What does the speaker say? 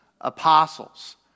apostles